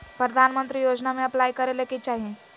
प्रधानमंत्री योजना में अप्लाई करें ले की चाही?